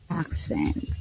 accent